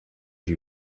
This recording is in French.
lui